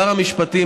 שר המשפטים,